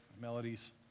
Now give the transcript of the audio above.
melodies